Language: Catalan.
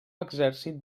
exèrcit